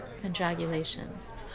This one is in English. Congratulations